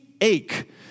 ache